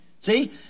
See